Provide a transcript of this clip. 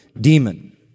demon